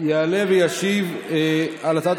וישיב על הצעות